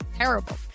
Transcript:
Terrible